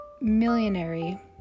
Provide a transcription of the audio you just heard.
millionaire